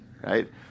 Right